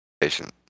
patient